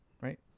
Right